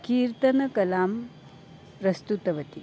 कीर्तनकलां प्रस्तुतवती